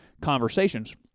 conversations